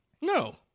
No